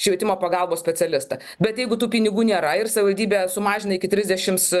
švietimo pagalbos specialistą bet jeigu tų pinigų nėra ir savivaldybė sumažina iki trisdešimts